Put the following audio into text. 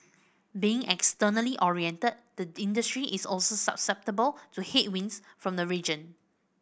being externally oriented the industry is also susceptible to headwinds from the region